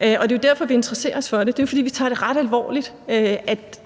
og det er derfor, vi interesserer os for det, altså fordi vi tager det ret alvorligt, at